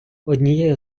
однією